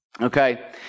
Okay